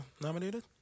nominated